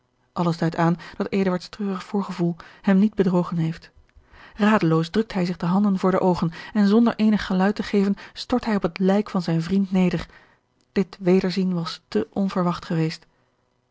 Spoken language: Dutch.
alles duidt aan dat eduards treurig voorgevoel hem niet bedrogen heeft radeloos drukt hij zich de handen voor de oogen en zonder eenig geluid te geven stort hij op het lijk van zijn vriend neder dit wederzien was te onverwacht geweest